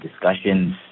discussions